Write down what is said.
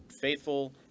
faithful